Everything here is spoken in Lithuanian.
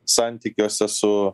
santykiuose su